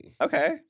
Okay